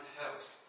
house